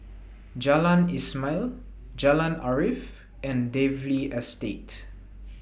Jalan Ismail Jalan Arif and Dalvey Estate